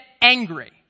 angry